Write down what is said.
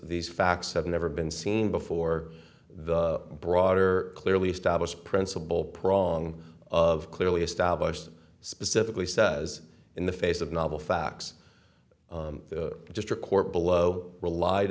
these facts have never been seen before the broader clearly established principle prong of clearly established specifically says in the face of novel facts the district court below relied